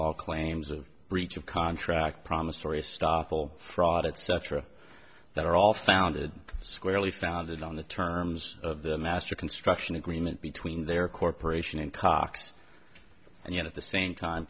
law claims of breach of contract promissory estoppel fraud etc that are all founded squarely founded on the terms of the master construction agreement between their corporation and cox and yet at the same time